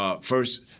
first